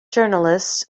journalists